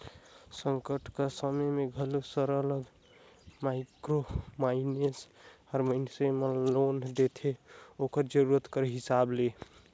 संकट कर समे में घलो सरलग माइक्रो फाइनेंस हर मइनसे मन ल लोन देथे ओकर जरूरत कर हिसाब ले